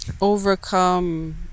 Overcome